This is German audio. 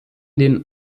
den